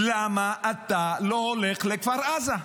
למה אתה לא הולך לכפר עזה?